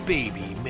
Baby